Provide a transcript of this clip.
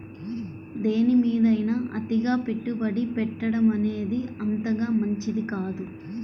దేనిమీదైనా అతిగా పెట్టుబడి పెట్టడమనేది అంతగా మంచిది కాదు